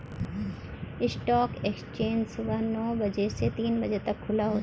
stock exchange सुबह नो बजे से तीन बजे तक खुला होता है